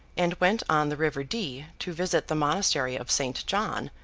and went on the river dee to visit the monastery of st. john,